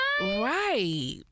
Right